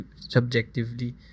subjectively